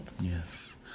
Yes